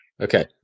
Okay